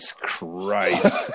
Christ